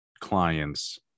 clients